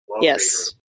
Yes